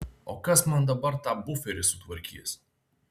o kas man dabar tą buferį sutvarkys